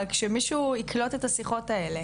רק שמישהו יקלוט את השיחות האלה.